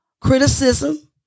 criticism